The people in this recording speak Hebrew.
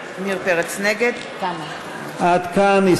פרץ, נגד עד כאן.